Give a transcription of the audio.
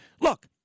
Look